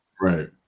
Right